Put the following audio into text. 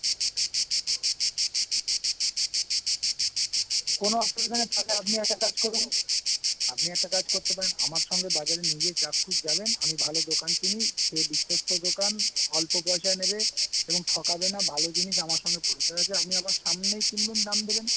কোনো অসুবিধা নেই তাহলে আপনি একটা কাজ করুন আপনি একটা কাজ করতে পারেন আমার সঙ্গে বাজারে নিজে চাক্ষুষ যাবেন আমি ভালো দোকান চিনি সে বিশ্বস্ত দোকান অল্প পয়সা নেবে এবং ঠকাবে না ভালো জিনিস আমার সঙ্গে পরিচয় আছে আপনি আমার সামনেই কিনবেন দাম দেবেন